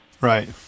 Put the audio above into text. Right